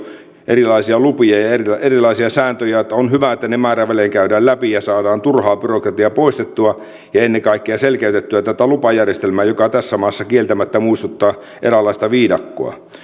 erilaisia lupia ja ja erilaisia sääntöjä että on hyvä että ne määrävälein käydään läpi ja saadaan turhaa byrokratiaa poistettua ja ennen kaikkea selkeytettyä tätä lupajärjestelmää joka tässä maassa kieltämättä muistuttaa eräänlaista viidakkoa